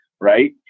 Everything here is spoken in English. right